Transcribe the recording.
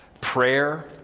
prayer